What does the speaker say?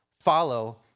follow